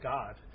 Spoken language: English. God